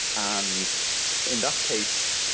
and in that case,